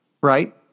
Right